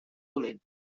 dolent